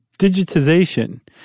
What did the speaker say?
digitization